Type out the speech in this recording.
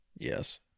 Yes